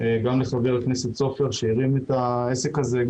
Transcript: גם לחבר הכנסת סופר שהרים את העסק הזה,